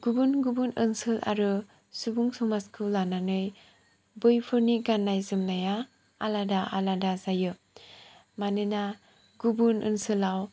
गुबुन गुबुन ओनसोल आरो सुबुं समाजखौ लानानै बैफोरनि गाननाय जोमनाया आलादा आलादा जायो मानोना गुबुन ओनसोलाव